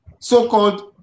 so-called